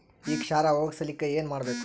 ಈ ಕ್ಷಾರ ಹೋಗಸಲಿಕ್ಕ ಏನ ಮಾಡಬೇಕು?